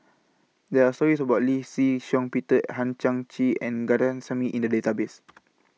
There Are stories about Lee Shih Shiong Peter Hang Chang Chieh and in The Database